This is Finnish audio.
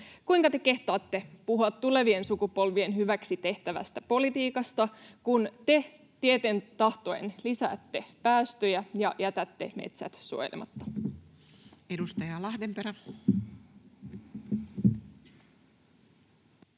Kuinka te kehtaatte puhua tulevien sukupolvien hyväksi tehtävästä politiikasta, kun te tieten tahtoen lisäätte päästöjä ja jätätte metsät suojelematta? [Speech